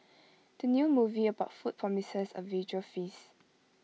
the new movie about food promises A visual feast